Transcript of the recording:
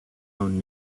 own